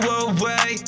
away